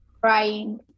crying